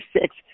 six